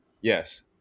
Yes